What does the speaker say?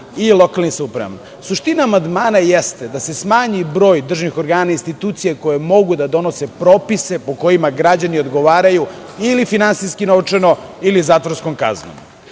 i lokalnih samouprava. Suština amandmana jeste da se smanji broj državnih organa i institucija koje mogu da donose propise po kojima građani odgovaraju ili finansijski - novčano, ili zatvorskom kaznom.S